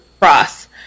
cross